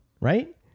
right